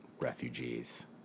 refugees